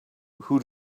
who